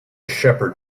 shepherd